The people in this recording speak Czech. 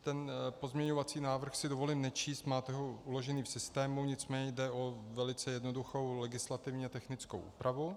Ten pozměňovací návrh si dovolím nečíst, máte ho uložený v systému, nicméně jde o velice jednoduchou legislativně technickou úpravu.